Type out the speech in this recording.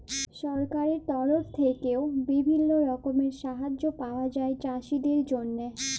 সরকারের তরফ থেক্যে বিভিল্য রকমের সাহায্য পায়া যায় চাষীদের জন্হে